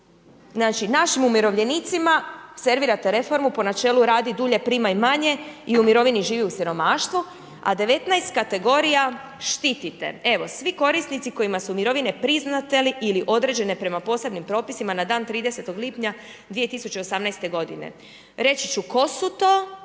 radi, našim umirovljenicima servirate reformu po načelu radi dulje primaj manje i u mirovini živi u siromaštvu, a 19 kategorija štitite, evo. Svi korisnici kojima su mirovine priznate ili određene prema posebnim propisima na dan 30. lipnja 2018. godine. Reći ću tko su ti